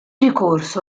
ricorso